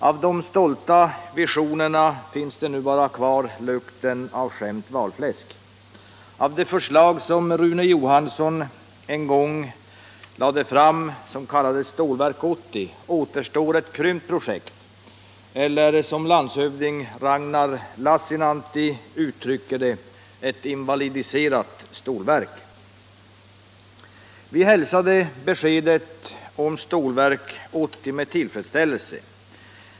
Av de stolta visionerna finns det nu bara kvar lukten av skämt valfläsk. Av det förslag som Rune Johansson en gång lade fram och som kallades Stålverk 80 återstår ett krympt projekt eller, som landshövding Ragnar Lassinantti uttrycker det, ett invalidiserat stålverk. Vi hälsade beskedet om Stålverk 80 med tillfredsställelse.